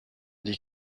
des